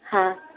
हा